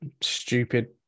stupid